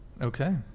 okay